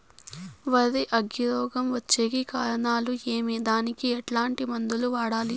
వరి అగ్గి రోగం వచ్చేకి కారణాలు ఏమి దానికి ఎట్లాంటి మందులు వాడాలి?